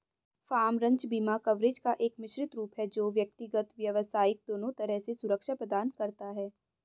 farm, ranch बीमा कवरेज का एक मिश्रित रूप है जो व्यक्तिगत, व्यावसायिक दोनों तरह से सुरक्षा प्रदान करता है